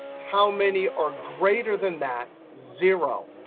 how many are greater than that? zero.